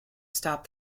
stop